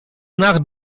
nach